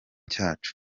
cyacu